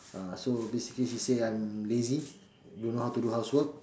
ah so basically she say I'm lazy don't know how to do house work